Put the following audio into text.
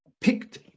picked